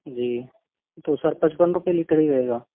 जी तो सर पचपन रुपए लीटर ही रहेगा